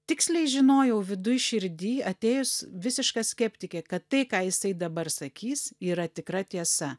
tiksliai žinojau viduj širdy atėjus visiška skeptikė kad tai ką jisai dabar sakys yra tikra tiesa